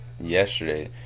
yesterday